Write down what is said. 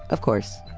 of course,